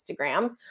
Instagram